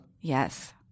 Yes